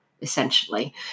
essentially